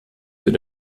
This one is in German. für